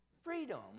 Freedom